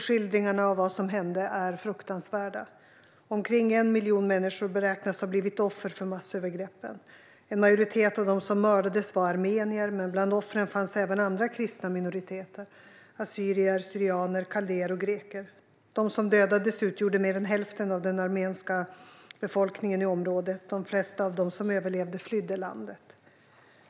Skildringarna av vad som hände är fruktansvärda. Omkring 1 miljon människor beräknas ha blivit offer för massövergreppen. En majoritet av dem som mördades var armenier, men bland offren fanns även andra kristna minoriteter: assyrier, syrianer, kaldéer och greker. De som dödades utgjorde mer än hälften av den armeniska befolkningen i området, och de flesta av de som överlevde flydde landet.